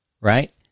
Right